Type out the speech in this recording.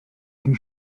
ydy